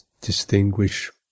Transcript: distinguish